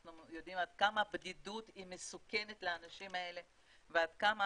אנחנו יודעים כמה הבדידות מסוכנת לאנשים האלה ועד כמה